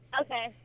Okay